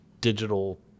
digital